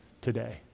today